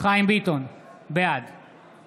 חיים ביטון, בעד